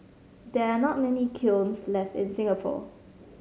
there are not many kilns left in Singapore